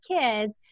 kids